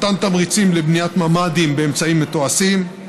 מתן תמריצים לבניית ממ"דים באמצעים מתועשים,